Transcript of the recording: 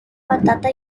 patata